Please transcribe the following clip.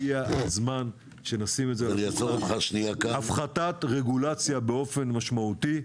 הגיע הזמן להפחתת רגולציה באופן משמעותי,